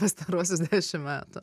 pastaruosius dvidešimt metų